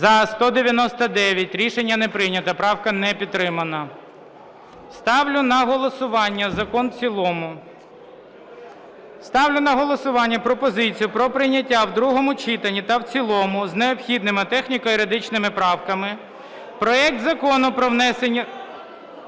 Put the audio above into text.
За-199 Рішення не прийнято. Правка не підтримана. Ставлю на голосування закон в цілому. Ставлю на голосування пропозицію про прийняття в другому читанні та в цілому з необхідними техніко-юридичними правками проект Закону про внесення